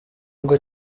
ngo